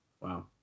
Wow